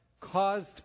caused